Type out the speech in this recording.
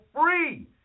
free